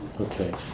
Okay